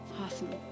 Awesome